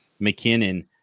McKinnon